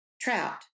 trout